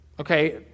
Okay